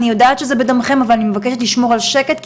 אני יודעת שזה בדמכם אבל אני מבקשת לשמור על שקט,